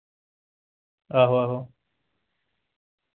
आहो आहो